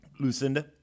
Lucinda